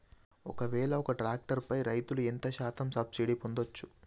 ఒక్కవేల ఒక్క ట్రాక్టర్ పై రైతులు ఎంత శాతం సబ్సిడీ పొందచ్చు?